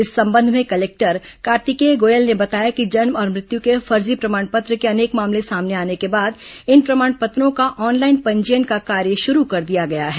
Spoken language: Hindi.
इस संबंध में कलेक्टर कार्तिकेया गोयल ने बताया कि जन्म और मृत्यु के फर्जी प्रमाण पत्र के अनेक मामले सामने आने के बाद इन प्रमाण पत्रों का ऑनलाइन पंजीयन का कार्य शुरू कर दिया गया है